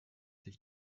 sich